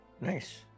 nice